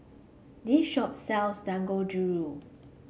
this shop sells Dangojiru